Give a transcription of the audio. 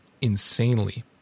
insanely